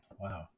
Wow